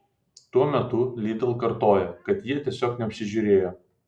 tuo metu lidl kartoja kad jie tiesiog neapsižiūrėjo